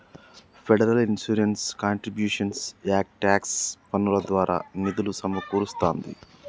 federal insurance contributions act tax పన్నుల ద్వారా నిధులు సమకూరుస్తాంది